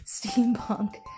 steampunk